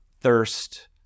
thirst